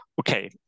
Okay